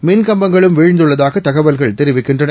மின் கம்பங்களும் வீழ்ந்துள்ளதாக தகவல்கள் தெரிவிக்கின்றன